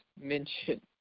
mention